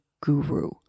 guru